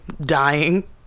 dying